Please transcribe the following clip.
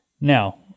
Now